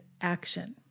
action